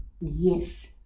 Yes